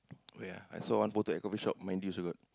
wait ah I saw one photo at coffee shop Maidy also got